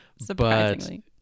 Surprisingly